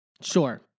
Sure